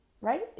Right